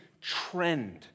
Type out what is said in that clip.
trend